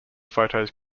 photos